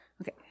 Okay